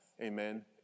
Amen